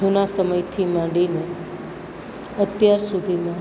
જૂના સમયથી માંડીને અત્યાર સુધીમાં